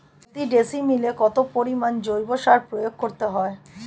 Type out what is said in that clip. প্রতি ডিসিমেলে কত পরিমাণ জৈব সার প্রয়োগ করতে হয়?